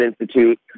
institute